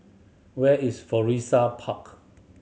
where is Florissa Park